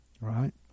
right